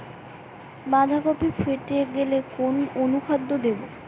বাঁধাকপি ফেটে গেলে কোন অনুখাদ্য দেবো?